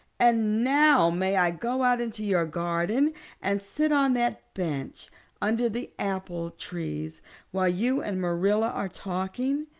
and now may i go out into your garden and sit on that bench under the apple-trees while you and marilla are talking?